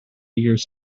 years